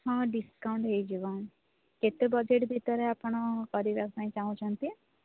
ହଁ ଡିସକାଉଣ୍ଟ ହୋଇଯିବ କେତେ ବଜେଟ୍ ଭିତରେ ଆପଣ କରିବା ପାଇଁ ଚାହୁଁଛନ୍ତି